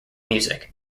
music